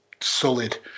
solid